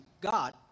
God